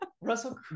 Russell